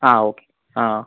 ആ ഓക്കെ ആ ആ